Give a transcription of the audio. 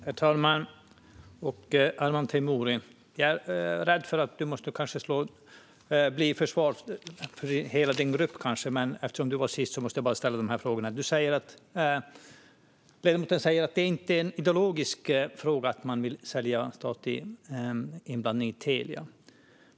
Herr talman och Arman Teimouri! Jag är rädd för att du kanske måste stå till svars för hela din grupp, men eftersom du var sist måste jag ställa de här frågorna. Ledamoten säger att det inte är en ideologisk fråga att man vill sälja all statlig inblandning i Telia.